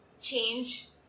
change